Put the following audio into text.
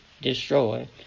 destroy